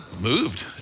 moved